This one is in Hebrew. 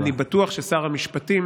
אני בטוח ששר המשפטים